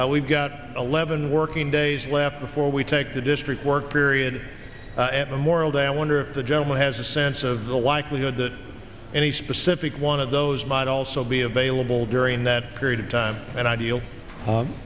we've got eleven working days left before we take the district work period memorial day i wonder if the gentleman has a sense of the likelihood that any specific one of those might also be available during that period of time and i deal